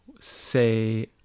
Say